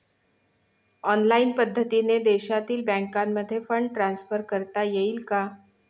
Online पद्धतीने देशातील बँकांमध्ये फंड ट्रान्सफर करता येईल का?